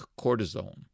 cortisone